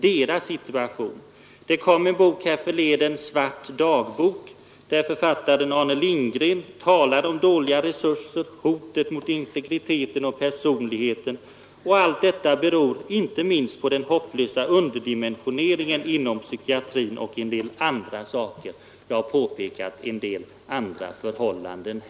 Författaren Arne Lindgren talar i sin bok Svart dagbok om dåliga resurser, hot mot integriteten och personligheten — allt detta beror inte minst på den hopplösa underdimensioneringen och en del andra saker inom psykiatrin i praktiken. Jag har i debatten pekat på en rad andra fakta också.